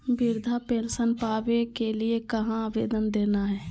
वृद्धा पेंसन पावे के लिए कहा आवेदन देना है?